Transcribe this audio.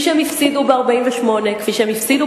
כי זו לא הפעם הראשונה שאני עולה על הדבר הזה.